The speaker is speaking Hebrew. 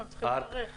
הם צריכים להיערך.